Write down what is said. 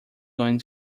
going